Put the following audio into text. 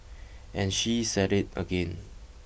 and she is at it again